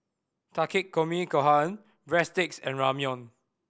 Takikomi Gohan Breadsticks and Ramyeon